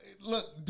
Look